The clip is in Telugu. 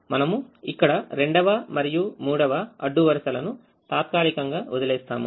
మనము ఇక్కడ రెండవ మరియు మూడవ అడ్డు వరుసలను తాత్కాలికంగా వదిలేస్తాము